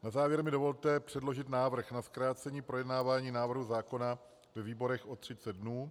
Na závěr mi dovolte předložit návrh na zkrácení projednávání návrhu zákona ve výborech o 30 dnů.